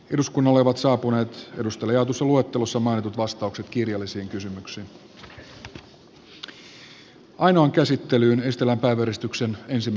eduskunnalle ovat saapuneet kannusta liotus luottamus omaan vastaukset kirjallisen nyt tehdään päätös jari lindströmin ynnä muuta